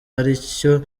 aricyo